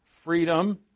Freedom